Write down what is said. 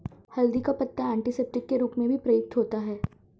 हल्दी का पत्ता एंटीसेप्टिक के रूप में भी प्रयुक्त होता है